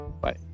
Bye